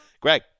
Greg